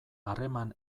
harreman